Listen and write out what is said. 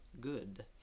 good